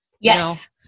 Yes